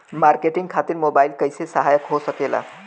Marketing खातिर mobile कइसे सहायक हो सकेला?